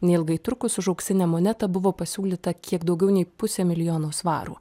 neilgai trukus už auksinę monetą buvo pasiūlyta kiek daugiau nei pusė milijono svarų